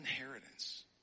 inheritance